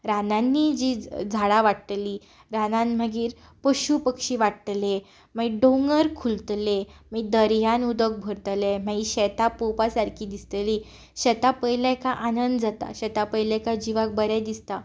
रानांनी जी झाडां वाडटलीं रानान मागीर पशू पक्षी वाडटले मागीर दोंगर खुलतले मागीर दर्यान उदक भरतलें मागीर शेतां पळोवपा सारकीं दिसतलीं शेतां पयलें काय आनंद जाता शेतांक पयलें काय जिवाक बरें दिसता